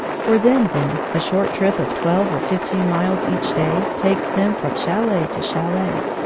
for them, then, a short trip of twelve or fifteen miles each day takes them from chalet to chalet.